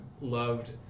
loved